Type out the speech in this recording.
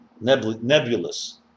nebulous